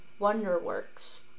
Wonderworks